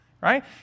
right